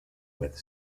with